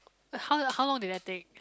uh how long how long did that take